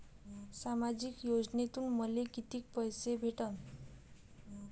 सामाजिक योजनेतून मले कितीक पैसे भेटन?